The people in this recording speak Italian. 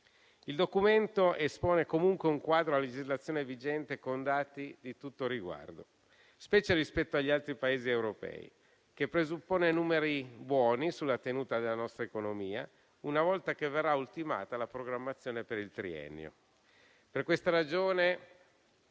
Il Documento espone comunque un quadro a legislazione vigente con dati di tutto riguardo (specie rispetto agli altri Paesi europei), che presuppone numeri buoni sulla tenuta della nostra economia, una volta che verrà ultimata la programmazione per il triennio. Per questa ragione